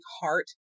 heart